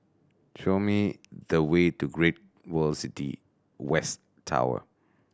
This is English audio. show me the way to Great World City West Tower